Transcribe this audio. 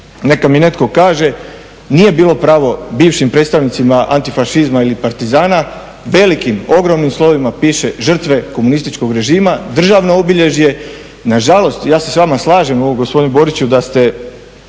neka mi netko kaže, nije bilo pravo bivšim predstavnicima antifašizma ili partizana, velikim, ogromnim slovima piše, žrtve komunističkog režima, državno obilježje. Nažalost, ja se s vama slažem ovo gospodine Boriću da ste,